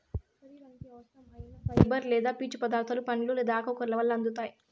శరీరానికి అవసరం ఐన ఫైబర్ లేదా పీచు పదార్థాలు పండ్లు లేదా ఆకుకూరల వల్ల అందుతాయి